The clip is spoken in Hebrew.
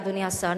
אדוני השר,